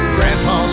Grandpa